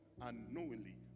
unknowingly